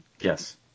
Yes